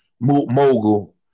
mogul